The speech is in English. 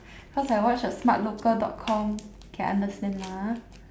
cause I watch a smart local dot com can understand lah ah